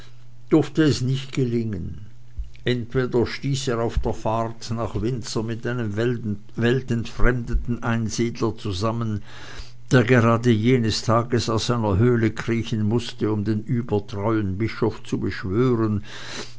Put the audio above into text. durfte es nicht gelingen entweder stieß er auf der fahrt nach windsor mit einem weltentfremdeten einsiedler zusammen der gerade jenes tages aus seiner höhle kriechen mußte um den übertreuen bischof zu beschwören